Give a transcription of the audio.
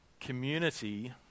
Community